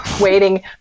waiting